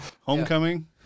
homecoming